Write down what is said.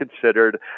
considered